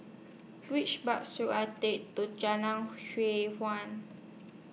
Which Bus should I Take to Jalan